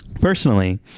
personally